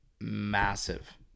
massive